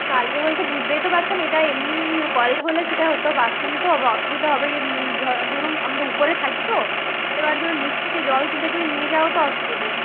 কালকে বলতে বুঝতেই তো পারছেন এটা এমনি কল হলে সেটা হতো বাথরুম তো অসুবিধা হবে ধরুন আমরা উপরে থাকি তো এবার ধরুন নিচ থেকে জল তুলে তুলে নিয়ে যাওয়াও তো অসুবিধে